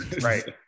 Right